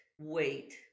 wait